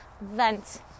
vent